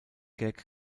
gag